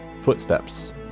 footsteps